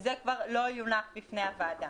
זה כבר לא יונח בפני הוועדה.